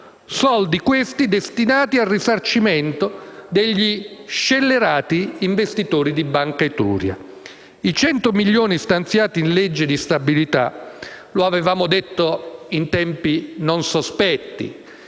Soldi, questi, destinati al risarcimento degli «scellerati investitori di Banca Etruria». I 100 milioni stanziati in sede di legge di stabilità - lo avevamo detto in tempi non sospetti